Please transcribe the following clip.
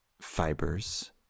fibers